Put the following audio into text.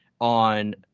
on